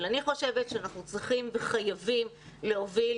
אני חושבת שאנחנו צריכים וחייבים להוביל